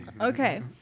Okay